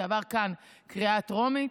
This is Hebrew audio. זה עבר כאן בקריאה טרומית,